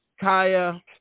kaya